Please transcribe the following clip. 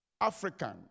African